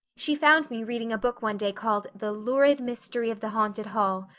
she found me reading a book one day called, the lurid mystery of the haunted hall.